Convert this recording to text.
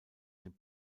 den